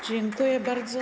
Dziękuję bardzo.